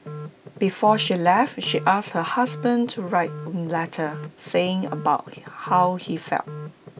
before she left she asked her husband to write A letter saying about how he felt